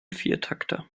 viertakter